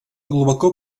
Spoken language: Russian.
глубоко